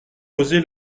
osé